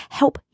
help